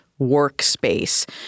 workspace